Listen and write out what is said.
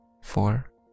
four